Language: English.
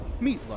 Meatloaf